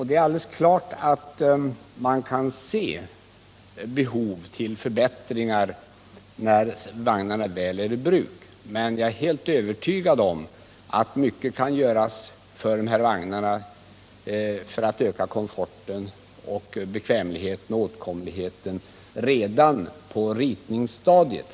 Det är alldeles klart att man kan se behov av förbättringar, när vagnarna väl är i bruk, men jag är helt övertygad om att mycket kan göras med dem för att öka bekvämligheten och åtkomligheten redan på ritningsstadiet.